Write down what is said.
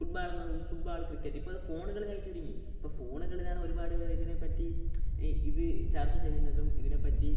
ഫുട്ബോളെന്നോ football cricket ഇപ്പോൾ അത് ഫോണുകളിലായി ചുരുങ്ങി ഇപ്പോൾ ഫോണുകളിലാണ് ഒരുപാട് പേർ ഇതിനെ പറ്റി ഈ ഇത് ചർച്ച ചെയ്യുന്നതും ഇതിനെ പറ്റി